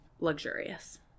luxurious